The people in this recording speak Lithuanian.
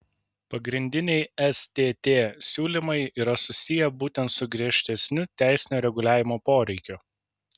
pagrindiniai stt siūlymai yra susiję būtent su griežtesniu teisinio reguliavimo poreikiu